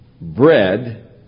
bread